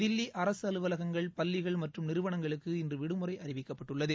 தில்லி அரசு அலுவலகங்கள் பள்ளிகள் மற்றும் நிறுவனங்களுக்கு இன்று விடுமுறை அறிவிக்கப்பட்டுள்ளது